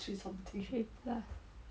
three ya